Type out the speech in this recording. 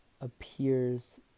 appears